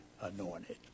anointed